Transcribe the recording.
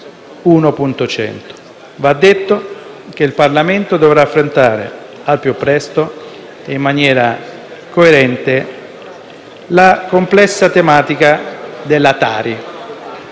G1.100. Va detto che il Parlamento dovrà affrontare al più presto e in maniera coerente la complessa tematica della TARI,